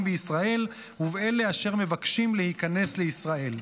בישראל ובאלה אשר מבקשים להיכנס לישראל.